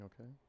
Okay